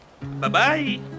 Bye-bye